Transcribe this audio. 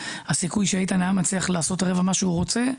הסיכוי שאיתן היה מצליח לעשות רבע ממה שהוא רוצה.